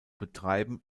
betreiben